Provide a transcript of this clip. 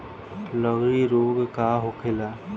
लगड़ी रोग का होखेला?